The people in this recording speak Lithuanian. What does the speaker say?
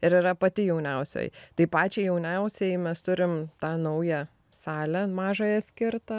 ir yra pati jauniausioji tai pačią jauniausiąją mes turim tą naują salę mažąją skirtą